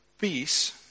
Peace